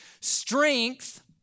Strength